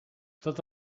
tot